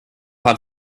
have